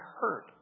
hurt